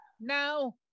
now